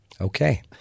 Okay